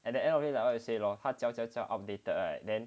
at the end of it like what you say lor 他教教教 outdated right then